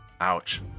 ouch